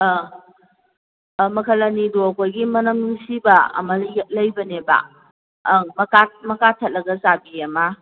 ꯑꯥ ꯑꯥ ꯃꯈꯜ ꯑꯅꯤꯗꯨ ꯑꯩꯈꯣꯏꯒꯤ ꯃꯅꯝ ꯅꯨꯡꯁꯤꯕ ꯑꯃ ꯂꯩꯕꯅꯦꯕ ꯑꯪ ꯃꯀꯥ ꯃꯀꯥ ꯊꯠꯂꯒ ꯆꯥꯕꯤ ꯑꯃ